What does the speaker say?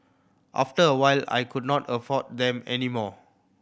after a while I could not afford them any more